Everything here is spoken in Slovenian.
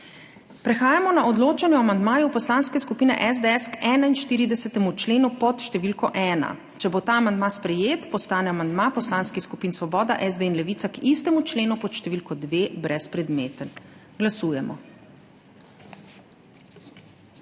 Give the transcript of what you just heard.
Prehajamo na odločanje o amandmaju Poslanske skupine SDS k 41. členu pod številko ena. Če bo ta amandma sprejet, postane amandma poslanskih skupin Svoboda, SD in Levica k istemu členu pod številko dve brezpredmeten. Glasujemo.